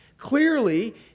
clearly